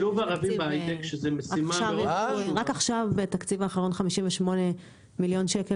רק עכשיו בתקציב האחרון חמישים ושמונה מיליון שקל